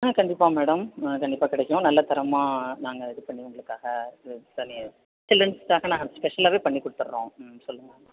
ஆ கண்டிப்பாக மேடம் ஆ கண்டிப்பாக கிடைக்கும் நல்லா தரமாக நாங்கள் இது பண்ணி உங்களுக்காக இது பண்ணி சில்ரன்ட்ஸுக்காக நாங்கள் ஸ்பெஷலாகவே பண்ணி கொடுத்துட்றோம் ம் சொல்லுங்கள் மேம்